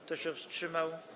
Kto się wstrzymał?